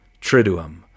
Triduum